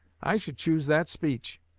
i should choose that speech,